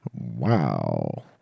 wow